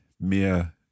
mehr